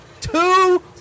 Two